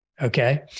Okay